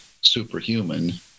superhuman